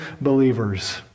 believers